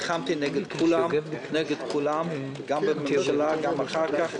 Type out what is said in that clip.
נלחמתי נגד כולם, גם במקרה שלך, גם אחר כך.